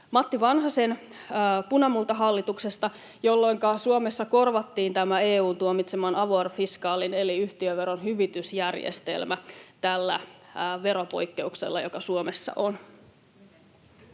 Matti Vanhasen punamultahallituksesta, jolloinka Suomessa korvattiin tämä EU:n tuomitsema avoir fiscal eli yhtiöveron hyvitysjärjestelmä tällä veropoikkeuksella, joka Suomessa on.